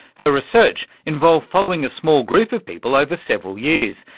her research involved following a small group of people over several years,